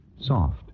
soft